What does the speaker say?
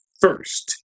first